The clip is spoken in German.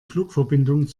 flugverbindung